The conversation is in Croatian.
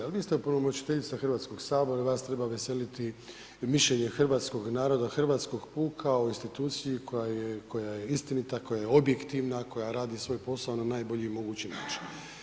Ali vi ste opunomoćiteljica HS-a i vas treba veseliti mišljenje hrvatskog naroda, hrvatskog puka o instituciji koja je istinita, koja je objektivna, koja radi svoj posao na najbolji mogući način.